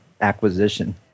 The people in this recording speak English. Acquisition